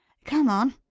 come on!